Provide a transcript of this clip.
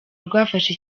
rwafashe